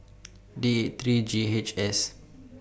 D eight three G H S